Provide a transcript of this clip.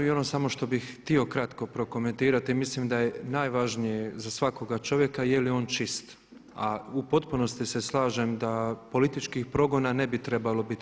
I samo što bih htio samo kratko prokomentirati, mislim da je najvažnije za svakoga čovjeka jeli on čist, a u potpunosti se slažem da političkih progona ne bi trebalo bit.